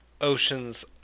oceans